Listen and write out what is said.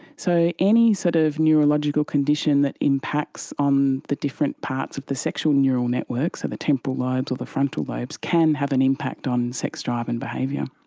so any sort of neurological condition that impacts on the different parts of the sexual neural network, so the temporal lobes or the frontal lobes, can have an impact on sex drive and behaviour.